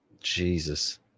jesus